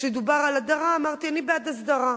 כשדובר על הדרה, אמרתי שאני בעד הסדרה,